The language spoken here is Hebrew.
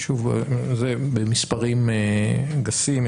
זה במספרים גסים,